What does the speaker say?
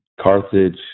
Carthage